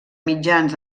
mitjans